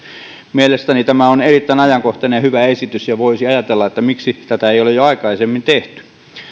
mielestäni tämä on erittäin ajankohtainen ja hyvä esitys ja voisi ajatella että miksi tätä ei ole jo aikaisemmin tehty